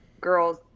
girls